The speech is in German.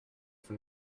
von